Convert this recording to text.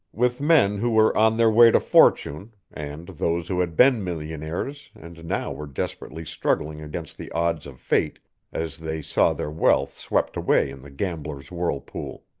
with men who were on their way to fortune, and those who had been millionaires and now were desperately struggling against the odds of fate as they saw their wealth swept away in the gamblers' whirlpool.